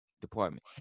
department